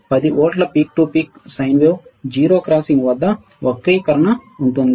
10 వోల్ట్ల peak to peak sine wave 0 క్రాసింగ్ల వద్ద వక్రీకరణ ఉంటుంది